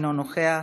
אינו נוכח,